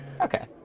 Okay